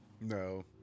No